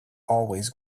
always